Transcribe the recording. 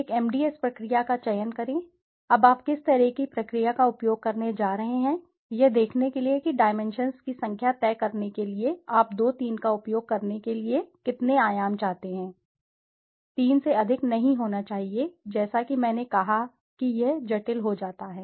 एक एमडीएस प्रक्रिया का चयन करें अब आप किस तरह की प्रक्रिया का उपयोग करने जा रहे हैं यह देखने के लिए कि डाइमेंशन्स की संख्या तय करने के लिए आप 2 3 का उपयोग करने के लिए कितने आयाम चाहते हैं 3 से अधिक नहीं होना चाहिए जैसा कि मैंने कहा कि यह जटिल हो जाता है